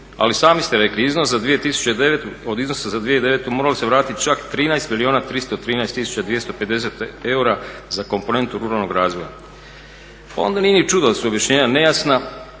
Ali sami ste rekli, od iznosa za 2009. moralo se vratit čak 13 milijuna 313 tisuća 250 eura za komponentu ruralnog razvoja. Onda nije ni čudno da su objašnjenja nejasna,